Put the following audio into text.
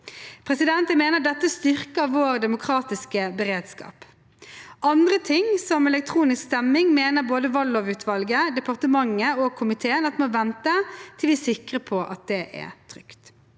omvalg. Jeg mener dette styrker vår demokratiske beredskap. Andre ting, som elektronisk stemming, mener både valglovutvalget, departementet og komiteen at må vente til vi er sikre på at det er trygt.